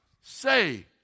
say